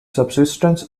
subsistence